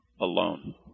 alone